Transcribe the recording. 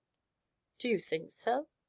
do you think so?